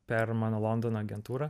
per mano londono agentūrą